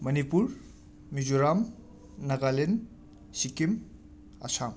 Manipur Mizoram Nagaland Sikkim Assam